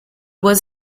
was